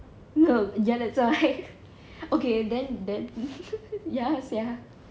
no ya lah that's alright okay then then ya sia